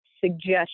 suggestion